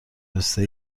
پسته